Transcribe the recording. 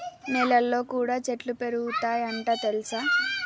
నెలల్లో కూడా చెట్లు పెరుగుతయ్ అంట తెల్సా